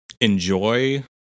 enjoy